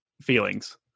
feelings